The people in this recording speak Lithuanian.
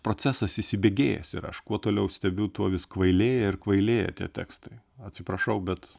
procesas įsibėgėjęs ir aš kuo toliau stebiu tuo vis kvailėja ir kvailėja tie tekstai atsiprašau bet